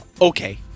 okay